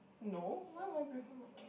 no why would I bring home a cat